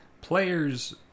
Players